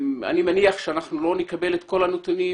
אני מניח שאנחנו לא נקבל את כל הנתונים